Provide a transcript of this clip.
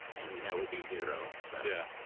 and that would be zero. so yeah